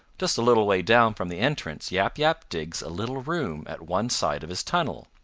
just a little way down from the entrance yap yap digs a little room at one side of his tunnel.